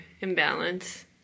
imbalance